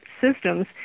systems